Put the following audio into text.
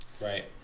Right